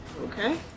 Okay